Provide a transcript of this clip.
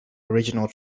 original